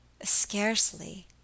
Scarcely